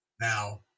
Now